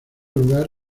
lugar